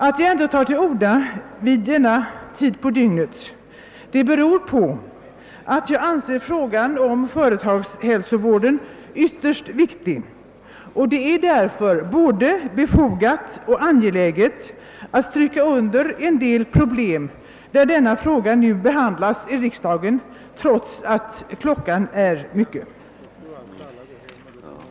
Att jag ändå tar till orda vid denna tid på dygnet beror på att jag anser frågan om företagshälsovården vara så ytterst viktig att det är både befogat och angeläget att stryka under en del problem, när denna fråga nu behandlas i riksdagen, trots att klockan är mycket.